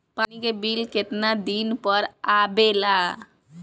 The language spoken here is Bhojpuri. पानी के बिल केतना दिन पर आबे ला?